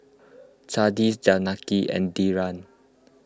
Chandi Janaki and Dhyan